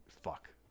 fuck